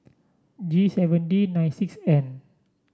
G seven D nine six N